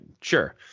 sure